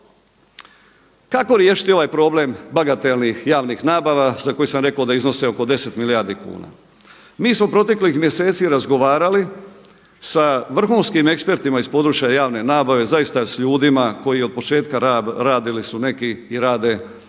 kako riješiti ovaj problem bagatelnih javnih nabava za koje sam rekao da iznose oko 10 milijardi kuna? Mi smo proteklih mjeseci razgovarali sa vrhunskim ekspertima iz područja javne nabave, zaista s ljudima koji od početka radili su neki i rade u